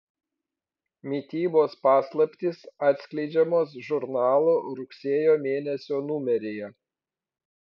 mitybos paslaptys atskleidžiamos žurnalo rugsėjo mėnesio numeryje